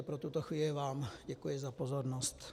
Pro tuto chvíli vám děkuji za pozornost.